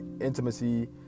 intimacy